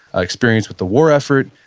experience with the war effort.